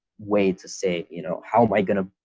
way to say, you know, how am i going to?